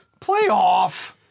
Playoff